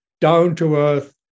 down-to-earth